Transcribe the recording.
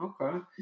Okay